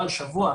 זה לוועדה.